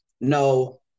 No